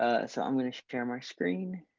ah so i'm going to share my screen.